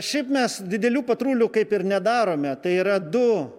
šiaip mes didelių patrulių kaip ir nedarome tai yra du